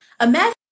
Imagine